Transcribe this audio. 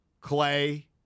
Clay